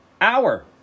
hour